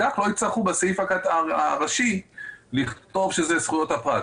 כך לא יצטרכו בסעיף הראשי לכתוב שאלה זכויות הפרט,